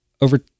over